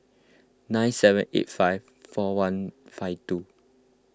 nine seven eight five four one five two